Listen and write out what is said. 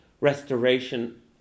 restoration